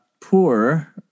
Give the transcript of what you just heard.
poor